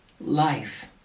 life